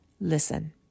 Listen